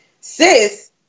Sis